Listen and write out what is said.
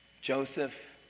Joseph